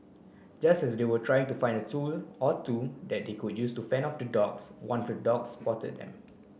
just as they were trying to find a tool or two that they could use to fend off the dogs one of the dogs spotted them